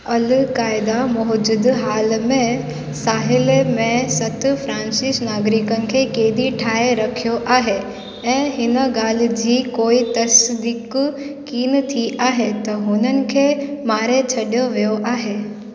al Qaeda मौजूदह हाल में साहेल में सत फ्रांसीसी नागरिकनि खे क़ैदी ठाहे रखियो आहे ऐं हिन ॻाल्हि जी कोई तस्दीक कोनि थी आहे त हुननि खे मारे छॾे वियो आहे